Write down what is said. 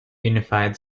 unified